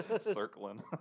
circling